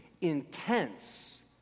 intense